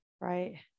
Right